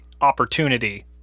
opportunity